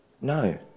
No